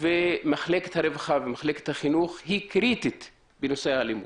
ומחלקת הרווחה והחינוך היא קריטית בנושא האלימות.